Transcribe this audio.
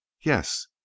yes